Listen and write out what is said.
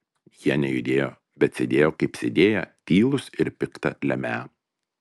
jie nejudėjo bet sėdėjo kaip sėdėję tylūs ir pikta lemią